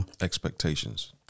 Expectations